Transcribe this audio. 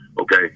Okay